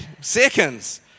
seconds